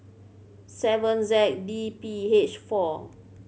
seven Z D P H four